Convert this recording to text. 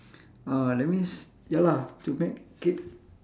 ah that means ya lah to make it